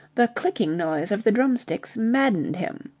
the clicking noise of the drumsticks maddened him.